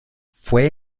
fue